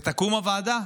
ותקום הוועדה,